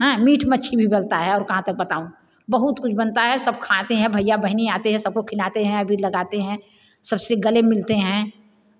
है मीट मछली भी बनता है और कहा तक बताऊ बहुत कुछ बनता हैं सब खाते हैं भईया बहन आते हैं सबको खिलाते हैं अबीर लगते हैं सबसे गले मिलते हैं